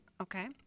okay